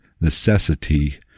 necessity